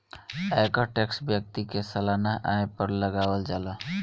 आयकर टैक्स व्यक्ति के सालाना आय पर लागावल जाला